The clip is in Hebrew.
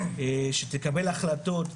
שתקבל החלטות,